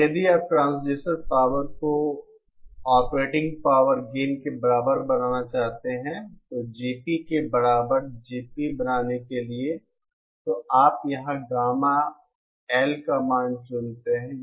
और यदि आप ट्रांसड्यूसर पावर को ऑपरेटिंग पावर गेन के बराबर बनाना चाहते हैं जो GP के बराबर GP बनाने के लिए है तो आप यहां गामा L का मान चुनते हैं